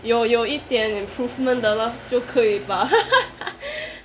有有一点 improvement 的 lor 就可以吧